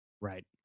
Right